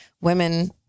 women